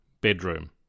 bedroom